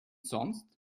sonst